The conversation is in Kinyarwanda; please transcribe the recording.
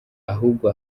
ahubwo